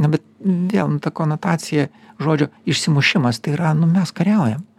nu bet vėl nu ta konotacija žodžio išsimušimas tai yra nu mes kariaujam